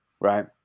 right